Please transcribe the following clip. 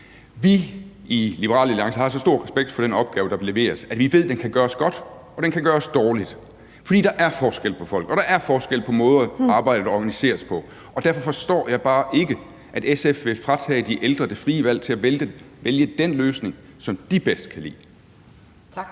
Vi i Liberal Alliance har så stor respekt for den opgave, der leveres, at vi ved, at den kan gøres godt, og at den kan gøres dårligt. For der er forskel på folk, og der er forskel på måden, arbejdet organiseres på, og derfor forstår jeg bare ikke, at SF vil fratage de ældre det frie valg til at vælge den løsning, som de bedst kan lide. Kl.